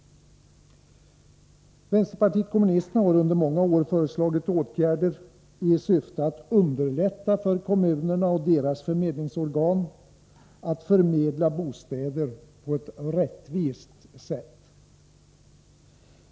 Vpk har under många år föreslagit åtgärder i syfte att underlätta för kommunerna och deras förmedlingsorgan att förmedla bostäder på ett rättvist sätt.